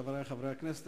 חברי חברי הכנסת,